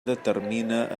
determina